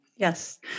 Yes